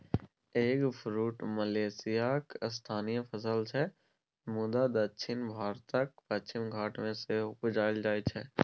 eggfruit मलेशियाक स्थानीय फसल छै मुदा दक्षिण भारतक पश्चिमी घाट मे सेहो उपजाएल जाइ छै